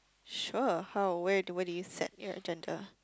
sure how where do where do you set your agenda